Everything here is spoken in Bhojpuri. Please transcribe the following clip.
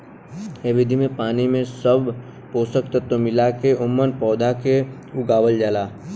एह विधि में पानी में सब पोषक तत्व मिला के ओमन पौधा के उगावल जाला